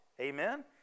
Amen